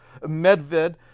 Medved